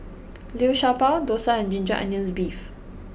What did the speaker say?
Liu Sha Bao Dosa and Ginger Onions Beef